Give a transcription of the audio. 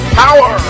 power